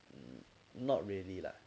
hmm not really lah